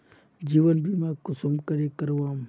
जीवन बीमा कुंसम करे करवाम?